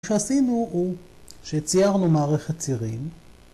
‫מה שעשינו הוא שציירנו מערכת צירים.